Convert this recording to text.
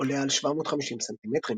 עולה על 750 סנטימטרים.